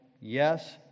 Yes